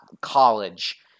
college